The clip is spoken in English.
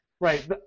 Right